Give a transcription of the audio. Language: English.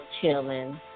chilling